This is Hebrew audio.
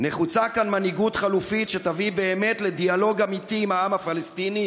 "נחוצה כאן מנהיגות חלופית שתביא באמת לדיאלוג אמיתי עם העם הפלסטיני,